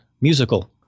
Musical